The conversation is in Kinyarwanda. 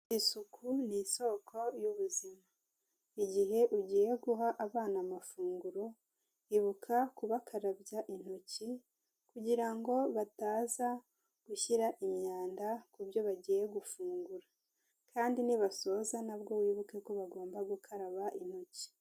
Isuku ni isoko y'ubuzima, igihe ugiye guha abana amafunguro ibuka kubakarabya intoki kugira ngo bataza gushyira imyanda ku byo bagiye gufungura kandi nibasoza na bwo wibuke ko bagomba gukaraba intoki.